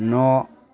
न'